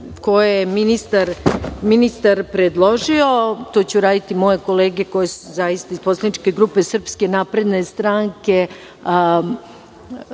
koje je ministar predložio, to će uraditi moje kolege koje su zaista iz poslaničke grupe Srpske napredne stranke